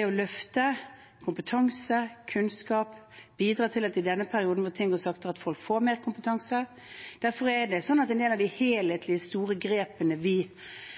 å løfte kompetanse og kunnskap, bidra til at folk får mer kompetanse i denne perioden da ting går saktere. Derfor er det sånn at en del av de helhetlige, store grepene vi